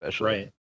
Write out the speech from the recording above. right